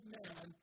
man